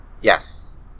Yes